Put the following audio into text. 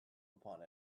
upon